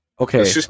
Okay